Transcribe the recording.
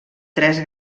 tres